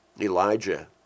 Elijah